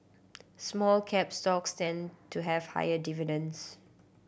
small cap stocks tend to have higher dividends